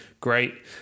great